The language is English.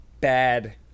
bad